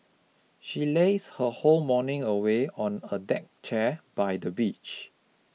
she lazed her whole morning away on a deck chair by the beach